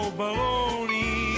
baloney